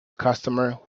customer